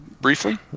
briefly